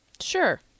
Sure